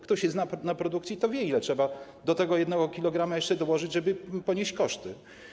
Kto się zna na produkcji, to wie, ile trzeba do tego 1 kg jeszcze dołożyć, żeby ponieść koszty.